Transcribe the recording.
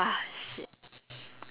you know I like ben ten right